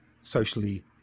socially